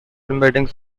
embeddings